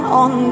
on